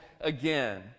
again